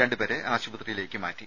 രണ്ടുപേരെ ആശുപത്രിയിലേക്ക് മാറ്റി